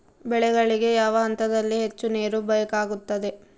ಬೆಳೆಗಳಿಗೆ ಯಾವ ಹಂತದಲ್ಲಿ ಹೆಚ್ಚು ನೇರು ಬೇಕಾಗುತ್ತದೆ?